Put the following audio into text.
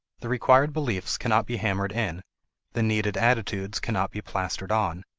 the required beliefs cannot be hammered in the needed attitudes cannot be plastered on.